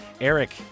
Eric